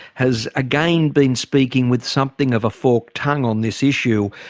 has again been speaking with something of a forked tongue on this issue.